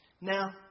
Now